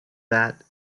that